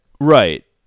Right